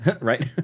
Right